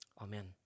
Amen